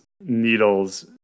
needles